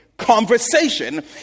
conversation